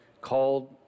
called